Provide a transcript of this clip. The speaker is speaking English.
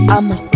I'ma